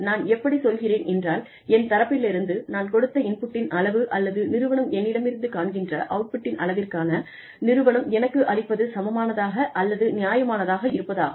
நான் எப்படி சொல்கிறேன் என்றால் என் தரப்பிலிருந்து நான் கொடுத்த இன்புட்டின் அளவு அல்லது நிறுவனம் என்னிடமிருந்து காண்கின்ற அவுட்புட்டின் அளவிற்காக நிறுவனம் எனக்கு அளிப்பது சமமானதாக அல்லது நியாயமானதாக இருப்பதாகும்